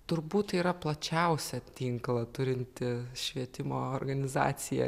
turbūt tai yra plačiausią tinklą turinti švietimo organizacija